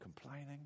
complaining